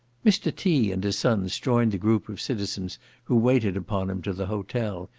mr. t. and his sons joined the group of citizens who waited upon him to the hotel,